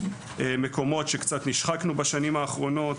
מקומות שקצת נשחקו בשנים האחרונות,